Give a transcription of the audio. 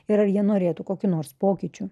ir ar jie norėtų kokių nors pokyčių